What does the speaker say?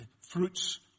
fruits